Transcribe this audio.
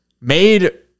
made